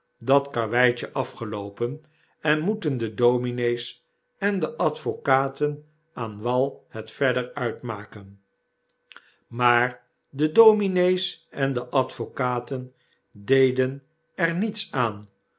dat karweitje afgeloopen en moeten de domine's en de advocaten aan wal hetverder uitmaken maar de domine's en de advocaten deden er niets aan